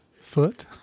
foot